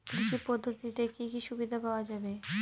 কৃষি পদ্ধতিতে কি কি সুবিধা পাওয়া যাবে?